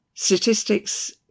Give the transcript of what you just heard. Statistics